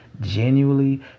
genuinely